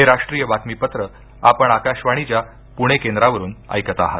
हे राष्ट्रीय बातमीपत्र आपण आकाशवाणीच्या पूणे केंद्रावरून ऐकत आहात